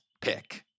pick